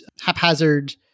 haphazard